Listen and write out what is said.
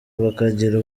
bakagira